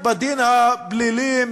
בדין הפלילי,